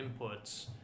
inputs